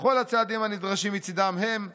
" בכל הצעדים הנדרשים מצידם הם לביצוע ההחלטה".